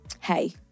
hey